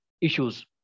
issues